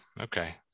okay